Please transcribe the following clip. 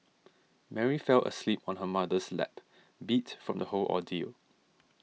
Mary fell asleep on her mother's lap beat from the whole ordeal